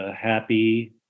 happy